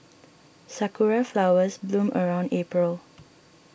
sakura flowers bloom around April